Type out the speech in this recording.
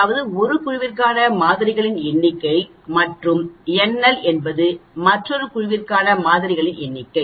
அதாவது 1 குழுவிற்கான மாதிரிகளின் எண்ணிக்கை மற்றும் nL என்பது மற்றொரு குழுவிற்கான மாதிரிகளின் எண்ணிக்கை